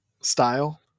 style